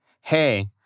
hey